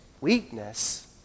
Weakness